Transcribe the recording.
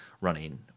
running